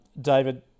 David